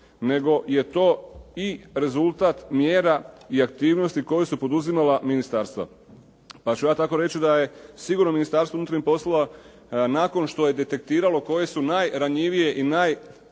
nego je to i rezultat mjera i aktivnosti koje su poduzimala ministarstva. Pa ću ja tako reći da je sigurno Ministarstvo unutarnjih poslova, nakon što je detektiralo koje su najranjivije i